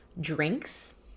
Drinks